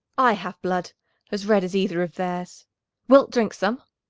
i have blood as red as either of theirs wilt drink some?